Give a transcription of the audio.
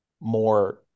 more